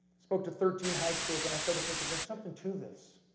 spoke to thirteen high schools and i started thinking there's something to this.